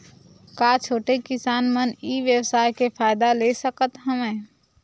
का छोटे किसान मन ई व्यवसाय के फ़ायदा ले सकत हवय?